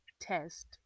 test